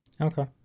Okay